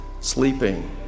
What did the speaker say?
Sleeping